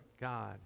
God